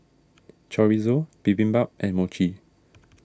Chorizo Bibimbap and Mochi